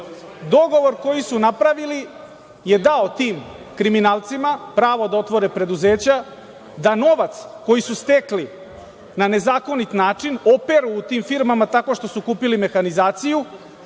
Dogovor koji su napravili je dao tim kriminalcima pravo da otvore preduzeća, da novac koji su stekli na nezakonit način operu u tim firmama, tako što su kupili mehanizaciju